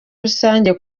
rusange